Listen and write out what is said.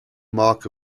mark